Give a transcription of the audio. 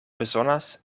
bezonas